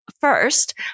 first